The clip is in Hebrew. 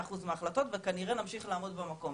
אחוז מההחלטות וכנראה נמשיך לעמוד במקום.